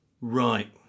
Right